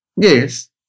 Yes